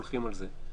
דוחים את החיסון.